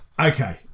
Okay